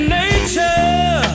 nature